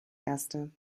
erste